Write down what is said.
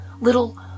little